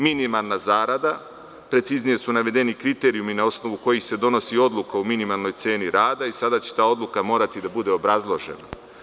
Minimalna rada – preciznije su navedeni kriterijumi na osnovu kojih se donosi odluka o minimalnoj ceni rada i sada će ta odluka morati da bude obrazložena.